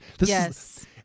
Yes